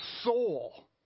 soul